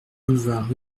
boulevard